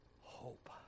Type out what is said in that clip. hope